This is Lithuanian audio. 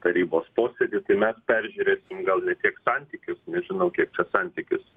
tarybos posėdy tai mes peržiūrėsim gal ne tiek santykius nežinau kiek čia santykius